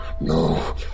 no